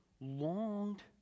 longed